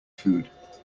food